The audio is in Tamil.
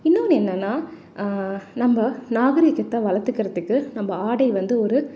இன்னொன்னு என்னென்னால் நம்ம நாகரீகத்தை வளர்த்துக்கிறதுக்கு நம்ம ஆடை வந்து ஒரு